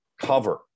cover